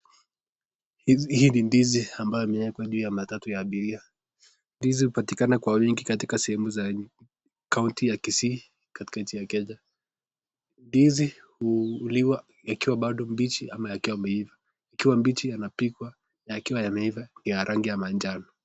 Hii ni ndizi ambayo imewekwa juu ya matatu ya abiria, ndizi hupatikana kwa wingi katika sehemu za kaunti ya kisii katika nchi ya kenya, ndizi huliwa yakiwa bado mbichi ama yakiwa yameiva, ikiwa mbichi yanapikwa, yakiwa yameiva ni ya rangi ya manjano.